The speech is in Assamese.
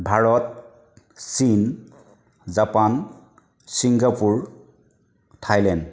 ভাৰত চীন জাপান ছিংগাপুৰ থাইলেণ্ড